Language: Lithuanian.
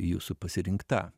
jūsų pasirinkta